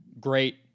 great